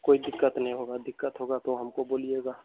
कोई दिक्कत नहीं होगा दिक्कत होगा तो हमको बोलिएगा